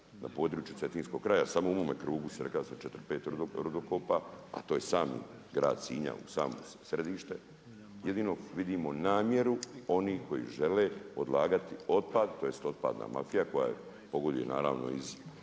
na području cetinskog kraja, samo u mome krugu … 4, 5 rudokopa, a to je sami grad Sinja u samo središte, jedino vidimo namjeru oni koji žele odlagati otpad tj. otpadna mafija koja … iz ministarstva iz